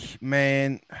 man